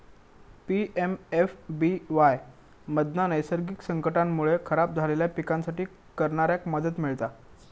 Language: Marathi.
पी.एम.एफ.बी.वाय मधना नैसर्गिक संकटांमुळे खराब झालेल्या पिकांसाठी करणाऱ्याक मदत मिळता